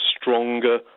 stronger